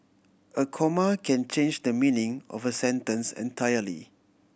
a comma can change the meaning of a sentence entirely